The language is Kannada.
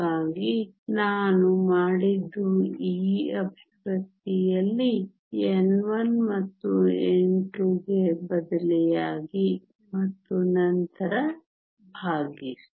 ಹಾಗಾಗಿ ನಾನು ಮಾಡಿದ್ದು ಈ ಎಕ್ಸ್ಪ್ರೆಶನ್ ನಲ್ಲಿ n1 ಮತ್ತು n2 ಗೆ ಬದಲಿಯಾಗಿ ಮತ್ತು ನಂತರ ಭಾಗಿಸಿ